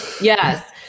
Yes